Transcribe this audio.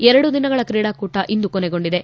ಎರಡು ದಿನಗಳ ಕ್ರೀಡಾಕೂಟ ಇಂದು ಕೊನೆಗೊಂಡಿದೆ